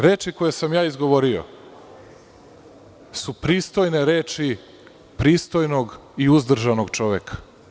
Reči koje sam ja izgovorio su pristojne reči pristojnog i uzdržanog čoveka.